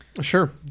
Sure